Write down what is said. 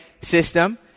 system